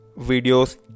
videos